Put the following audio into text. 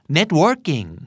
Networking